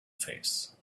face